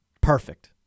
Perfect